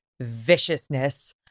viciousness